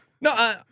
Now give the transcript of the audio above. No